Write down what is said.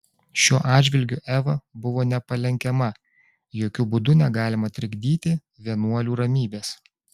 šiuo atžvilgiu eva buvo nepalenkiama jokiu būdu negalima trikdyti vienuolių ramybės